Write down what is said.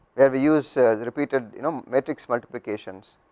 and we use repeated you know matrix multiplications,